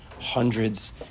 hundreds